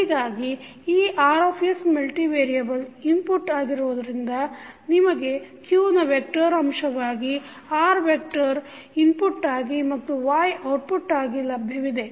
ಹೀಗಾಗಿ ಈ R multi variable input ಆಗಿರುವುದರಿಂದ ನಿಮಗೆ q ನ ವೆಕ್ಟರ್ ಅಂಶವಾಗಿ R ವೆಕ್ಟರ್ ಇನ್ಪುಟ್ಟಾಗಿ ಮತ್ತು Y ಔಟ್ಪುಟ್ಟಾಗಿ ಲಭ್ಯವಿದೆ